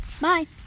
Bye